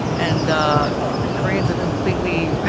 and ah koreans have completely